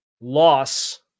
loss